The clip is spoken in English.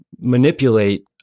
Manipulate